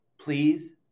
Please